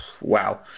wow